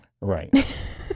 Right